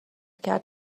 کرد